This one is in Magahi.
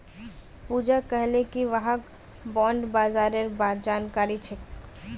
पूजा कहले कि वहाक बॉण्ड बाजारेर बार जानकारी छेक